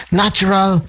natural